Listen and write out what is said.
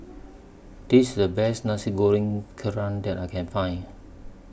This IS The Best Nasi Goreng Kerang that I Can Find